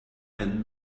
and